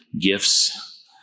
gifts